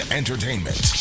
entertainment